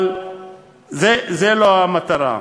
אבל זו לא המטרה.